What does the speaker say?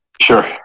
Sure